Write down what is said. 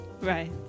Right